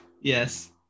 yes